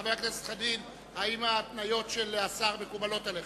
חבר הכנסת חנין, האם ההתניות של השר מקובלות עליך?